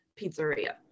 pizzeria